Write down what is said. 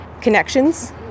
connections